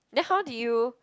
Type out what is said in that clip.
then how do you